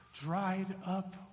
dried-up